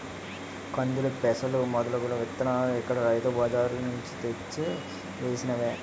కందులు, పెసలు మొదలగు ఇత్తనాలు ఇక్కడ రైతు బజార్ నుంచి తెచ్చి వేసినవే